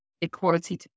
equality